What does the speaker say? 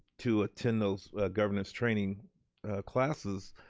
to attend those governance training classes,